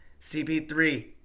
CP3